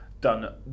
done